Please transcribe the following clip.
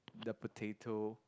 the potato